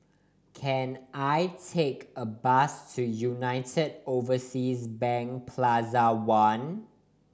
can I take a bus to United Overseas Bank Plaza One